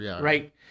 Right